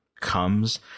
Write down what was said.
Comes